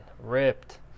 ripped